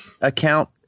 account